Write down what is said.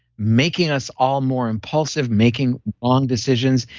making us all more impulsive, making wrong decisions,